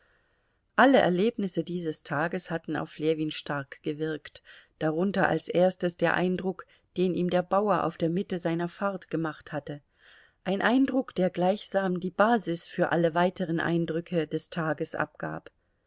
alle erlebnisse dieses tages hatten auf ljewin stark gewirkt darunter als erstes der eindruck den ihm der bauer auf der mitte seiner fahrt gemacht hatte ein eindruck der gleichsam die basis für alle weiteren eindrücke des tages abgab